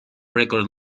record